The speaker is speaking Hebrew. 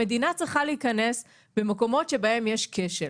המדינה צריכה להיכנס במקומות שבהם יש כשל.